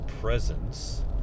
presence